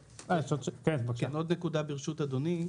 עוד נקודה, ברשות אדוני.